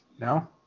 No